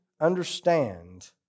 understand